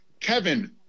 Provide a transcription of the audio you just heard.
kevin